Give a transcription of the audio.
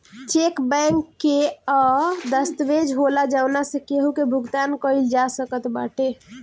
check bank कअ उ दस्तावेज होला जवना से केहू के भुगतान कईल जा सकत बाटे